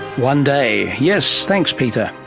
one day. yes, thanks peter.